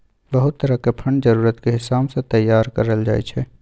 बहुत तरह के फंड जरूरत के हिसाब सँ तैयार करल जाइ छै